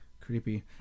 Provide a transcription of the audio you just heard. creepy